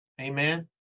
Amen